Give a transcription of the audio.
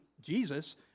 Jesus